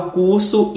curso